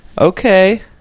Okay